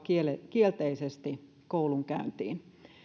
kielteisesti koulunkäyntiin